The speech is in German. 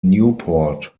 newport